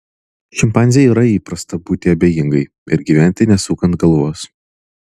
šimpanzei yra įprasta būti abejingai ir gyventi nesukant galvos